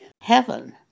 heaven